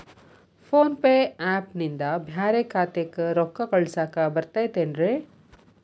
Phone pay app ನಿಂದ ಬ್ಯಾರೆ ಖಾತೆಕ್ ರೊಕ್ಕಾ ಕಳಸಾಕ್ ಬರತೈತೇನ್ರೇ?